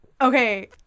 Okay